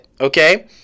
okay